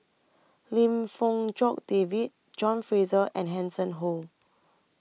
Lim Fong Jock David John Fraser and Hanson Ho